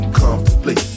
comfortably